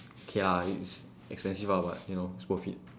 okay lah it's expensive but you know its worth it